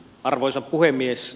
arvoisa puhemies